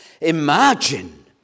Imagine